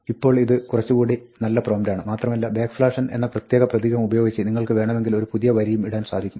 ഇപ്പോൾ ഇത് കുറച്ചുകൂടി നല്ല പ്രോംപ്റ്റാണ് മാത്രമല്ല n എന്ന പ്രത്യേക പ്രതീകം ഉപയോഗിച്ച് നിങ്ങൾക്ക് വേണമെങ്കിൽ ഒരു പുതിയ വരിയും ഇടാൻ സാധിക്കും